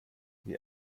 wie